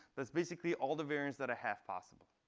that's basically all the variance that i have possible.